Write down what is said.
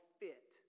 fit